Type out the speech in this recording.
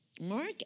Mark